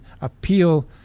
appeal